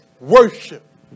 Worship